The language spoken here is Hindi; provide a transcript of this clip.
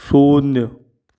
शून्य